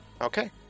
Okay